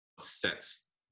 sets